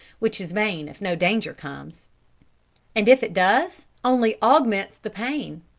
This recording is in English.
which is vain if no danger comes and if it does, only augments the pain!